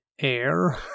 air